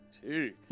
Two